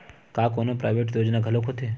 का कोनो प्राइवेट योजना घलोक होथे?